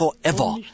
forever